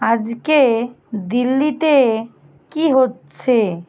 আজকে দিল্লিতে কী হচ্ছে